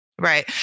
right